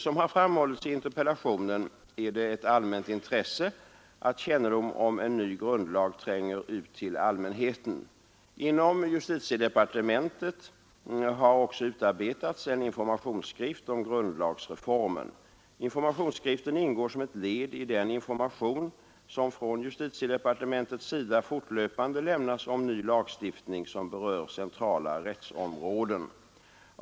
Som har framhållits i interpellationen är det ett allmänt intresse att kännedom om en ny grundlag tränger ut till allmänheten. Inom justitiedepartementet har också utarbetats en informationsskrift om grundlagsreformen. Informationsskriften ingår som ett led i den information som från justitiedepartementets sida fortlöpande lämnas om ny lagstiftning, som berör centrala rättsområden.